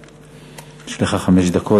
יש לך חמש דקות.